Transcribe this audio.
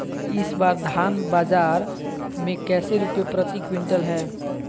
इस बार धान बाजार मे कैसे रुपए प्रति क्विंटल है?